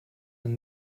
man